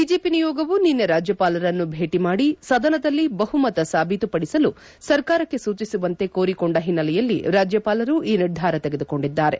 BJP ನಿಯೋಗವು ನಿನ್ನೆ ರಾಜ್ಯಪಾಲರನ್ನು ಭೇಟಿ ಮಾಡಿ ಸದನದಲ್ಲಿ ಬಹುಮತ ಸಾಬೀತು ಪಡಿಸಲು ಸರ್ಕಾರಕ್ಕೆ ಸೂಚಿಸುವಂತೆ ಕೋರಿಕೊಂಡ ಹಿನ್ನೆಲೆಯಲ್ಲಿ ರಾಜ್ಲಪಾಲರು ಈ ನಿರ್ಧಾರ ತೆಗೆದುಕೊಂಡಿದ್ದಾರೆ